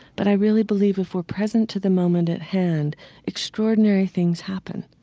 but i really believe if we're present to the moment at hand extraordinary things happen.